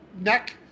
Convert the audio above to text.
neck